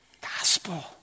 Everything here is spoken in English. gospel